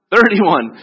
Thirty-one